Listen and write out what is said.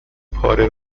پاره